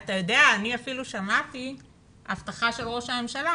אני אפילו שמעתי הבטחה של ראש הממשלה